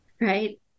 right